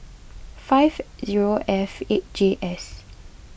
five zero F eight J S